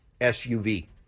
SUV